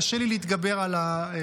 קשה לי להתגבר על הווליום.